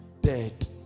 dead